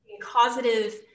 causative